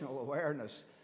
awareness